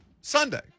Sunday